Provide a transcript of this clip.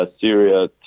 Syria